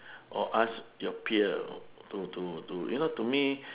or ask your peer to to to you know to me